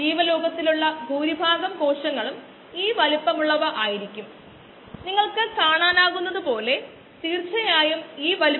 അതോടൊപ്പം അതു തീരുമാനങ്ങൾ എടുക്കാൻ ഉപയോഗിക്കുന്നു